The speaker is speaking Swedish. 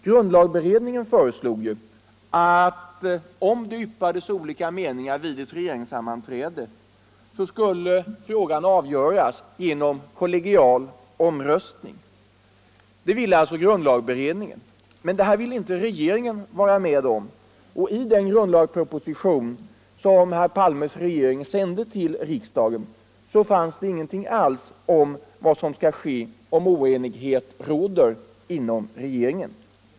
Grundlagberedningen föreslog att om det yppades olika meningar vid ett regeringssammanträde, skulle frågan avgöras genom kollegial omröstning. Det ville alltså grundlagberedningen. Men det vill inte regeringen vara med om. I den grundlagsproposition som herr Palmes regering sände till riksdagen fanns det ingenting alls med om vad som skall ske, om oenighet råder inom regeringen.